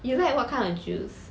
you like what kind of juice